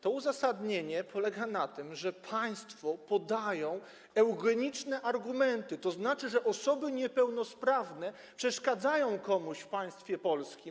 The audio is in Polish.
To uzasadnienie polega na tym, że państwo podają eugeniczne argumenty, tzn., że osoby niepełnosprawne przeszkadzają komuś w państwie polskim.